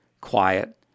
quiet